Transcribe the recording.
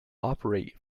operate